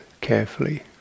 carefully